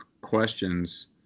questions